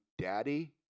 daddy